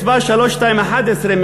מס' 3211,